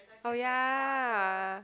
oh ya